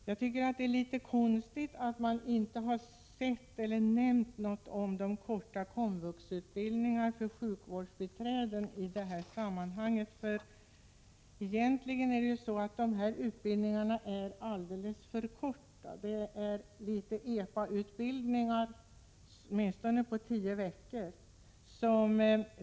Jag tycker att det är litet konstigt att inte dessa korta komvuxutbildningar har nämnts i de besparingsresonemang som förts. Dessa utbildningar är nämligen alldeles för korta. De är något av ”epa-utbildningar”, åtminstone kurserna om 10 veckor.